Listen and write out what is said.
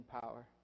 power